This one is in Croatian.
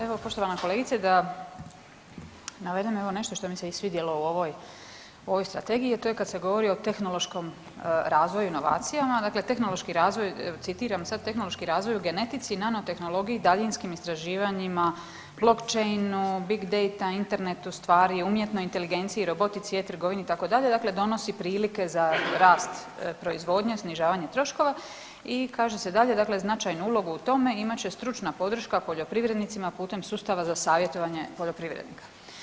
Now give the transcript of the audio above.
Evo poštovana kolegice da navedem nešto što mi se i svidjelo u ovoj strategiji, a to je kad se govori o tehnološkom razvoju inovacijama, dakle tehnološki razvoj, citiram sad, „Tehnološki razvoj u genetici, nano tehnologiji i daljinskim istraživanjima, blockchain, big date, Internetu stvari, umjetnoj inteligenciji, robotici, e-trgovini“ itd. dakle donosi prilike za rast proizvodnje, snižavanje troškova i kaže se dalje dakle „značajnu ulogu u tome imat će stručna podrška poljoprivrednicima putem sustava za savjetovanje poljoprivrednika“